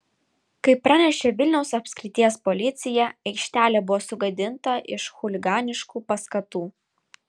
kaip pranešė vilniaus apskrities policija aikštelė buvo sugadinta iš chuliganiškų paskatų